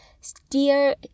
steer